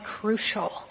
crucial